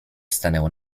stanęło